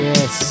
Yes